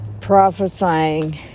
prophesying